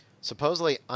supposedly